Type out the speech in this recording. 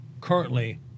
currently